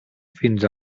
fins